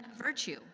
virtue